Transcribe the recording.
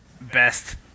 best